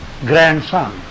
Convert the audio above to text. grandson